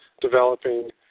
developing